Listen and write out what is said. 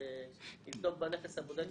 ויבדוק בנכס הבודד,